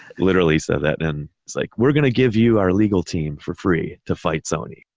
literally said that. and he's like, we're going to give you our legal team for free to fight sony,